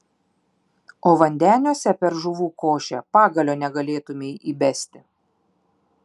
o vandeniuose per žuvų košę pagalio negalėtumei įbesti